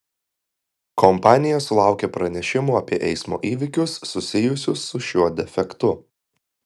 kompanija sulaukė pranešimų apie eismo įvykius susijusius su šiuo defektu